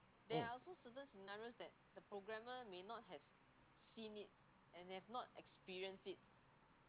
mm